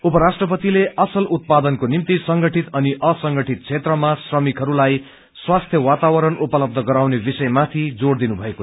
उपराष्ट्रपतिले असल उत्पादनको निम्ति संगठित अनि असंगति क्षेत्रमा श्रमिकहरूलाई स्वस्थ वाातावरण उपलब्ध गराउने विषयमाथि जोड़ दिनुभयो